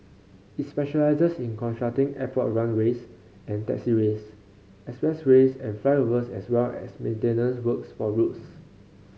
it specialises in constructing airport runways and taxiways express ways and flyovers as well as maintenance works for roads